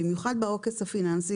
במיוחד בעוקץ הפיננסי,